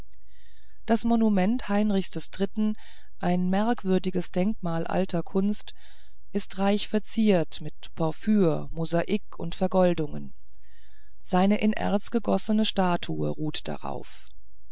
das monument heinrichs des dritten ein merkwürdiges denkmal alter kunst ist reich verziert mit porphyr mosaik und vergoldungen seine in erz gegossene statue ruht darauf